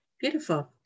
Beautiful